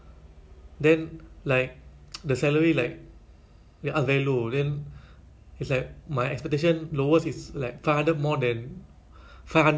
I think better try to be firm ah kan because there's no point you find a job that is lower pay than